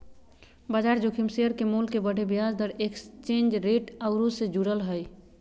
बजार जोखिम शेयर के मोल के बढ़े, ब्याज दर, एक्सचेंज रेट आउरो से जुड़ल हइ